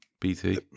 BT